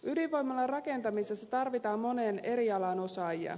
ydinvoimalan rakentamisessa tarvitaan monen eri alan osaajia